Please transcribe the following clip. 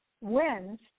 wins